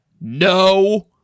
No